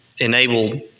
enabled